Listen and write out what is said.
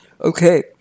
Okay